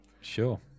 Sure